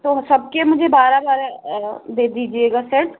उन सब के मुझे बारह बारह दे दीजिएगा सेट